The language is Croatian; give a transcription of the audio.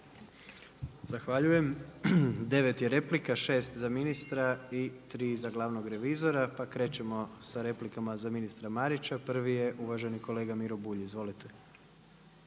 Zahvaljujem. Devet je replika. Šest za ministra i tri za glavnog revizora, pa krećemo sa replikama za ministra Marića. Prvi je uvaženi kolega Miro Bulj. Izvolite.